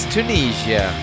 Tunisia